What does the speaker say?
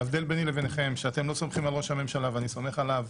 ההבדל ביני לבינכם הוא שאתם לא סומכים על ראש הממשלה ואני סומך עליו.